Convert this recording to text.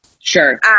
Sure